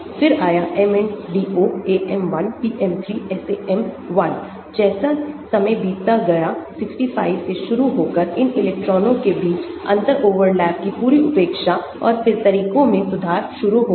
फिर आया MNDO AM 1 PM 3 SAM 1 जैसे समय बीतता गया 65 से शुरू होकर इन इलेक्ट्रॉनों के बीच अंतर ओवरलैप की पूरी उपेक्षा और फिर तरीकों में सुधार शुरू हो गया